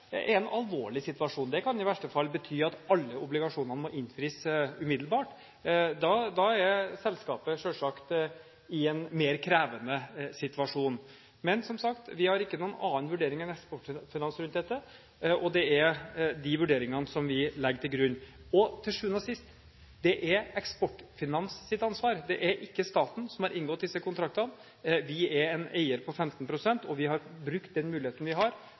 en alvorlig situasjon. Det kan i verste fall bety at alle obligasjonene må innfris umiddelbart. Da er selskapet selvsagt i en krevende situasjon. Men som sagt: Vi har ikke noen annen vurdering enn Eksportfinans av dette, og det er de vurderingene som vi legger til grunn. Til syvende og sist er det Eksportfinans sitt ansvar; det er ikke staten som har inngått disse kontraktene. Vi er en eier på 15 pst., og vi har brukt den muligheten vi har,